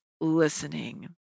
listening